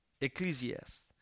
Ecclesiastes